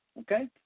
Okay